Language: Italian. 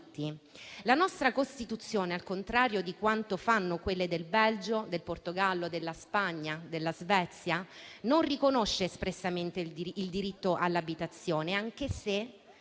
La nostra Costituzione, al contrario di quanto fanno quelle del Belgio, del Portogallo, della Spagna e della Svezia, non riconosce espressamente il diritto all'abitazione, anche se